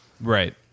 right